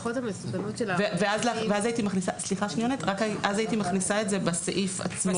ואז הייתי מכניסה את זה בסעיף עצמו.